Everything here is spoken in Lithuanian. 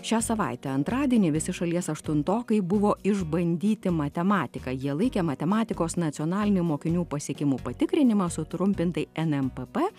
šią savaitę antradienį visi šalies aštuntokai buvo išbandyti matematika jie laikė matematikos nacionalinį mokinių pasiekimų patikrinimą sutrumpintai nmpp